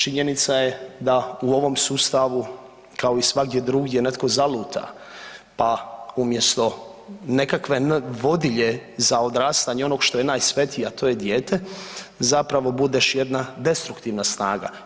Činjenica je da u ovom sustavu kao i svagdje drugdje netko zaluta, pa umjesto nekakve vodilje za odrastanje onog što je najsvetije a to je dijete zapravo budeš jedna destruktivna snaga.